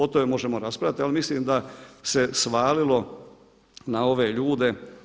O tome možemo raspravljati ali mislim da se svalilo na ove ljude.